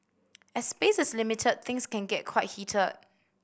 as space is limited things can get quite heated